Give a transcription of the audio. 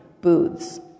booths